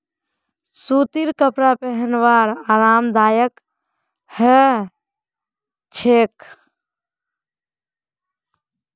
सूतीर कपरा पिहनवार आरामदायक ह छेक